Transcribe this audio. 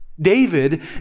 David